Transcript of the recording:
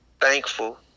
thankful